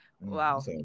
Wow